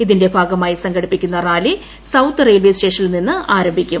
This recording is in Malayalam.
ഇതിന്റെ ഭാഗമായി സംഘടിപ്പിക്കുന്ന റാലി സൌത്ത് റെയിൽവെ സ്റ്റേഷനിൽ നിന്ന് ആരംഭിക്കും